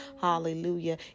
Hallelujah